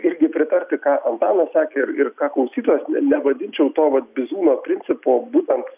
irgi pritarti ką antanas sakė ir ką klausytojas ne nevadinčiau to vat bizūno principo būtent